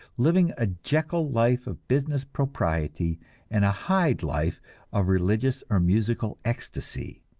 living a jekyll life of business propriety and a hyde life of religious or musical ecstasy.